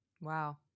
Wow